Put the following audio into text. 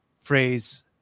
phrase